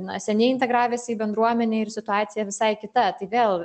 na seniai integravęsi į bendruomenę ir situacija visai kita tai vėl